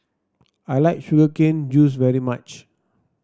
I like Sugar Cane Juice very much